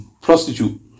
Prostitute